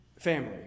family